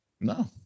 No